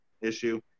issue